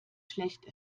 schlecht